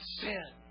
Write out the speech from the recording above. sin